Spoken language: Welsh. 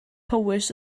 powys